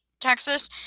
Texas